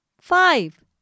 five